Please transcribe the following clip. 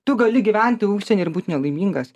tu gali gyventi užsieny ir būt nelaimingas